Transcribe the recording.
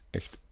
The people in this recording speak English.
echt